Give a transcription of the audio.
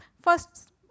first